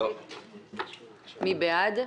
מי בעד?